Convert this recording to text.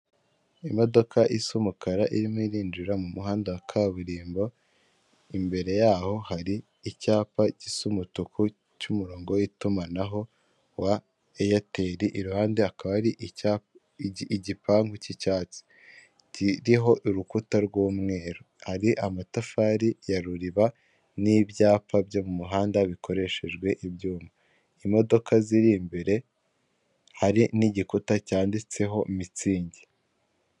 Imodoka isa umukara irimo irinjira mu muhanda wa kaburimbo imbere yaho hari icyapa gisa umutuku cy'umurongo w'itumanaho wa Eyateri iruhande hakaba hari igipangu cy'icyatsi kiriho urukuta rw'umweru hari amatafari ya ruriba n'ibyapa byo mu muhanda bikoreshejwe ibyuma, imodoka ziri imbere hari n'igikuta cyanditseho mitsingi.